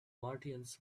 martians